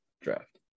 draft